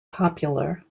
popular